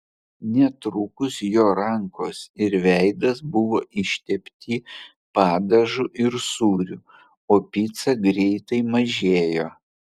netrukus jo rankos ir veidas buvo ištepti padažu ir sūriu o pica greitai mažėjo